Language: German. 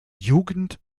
jugend